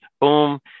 boom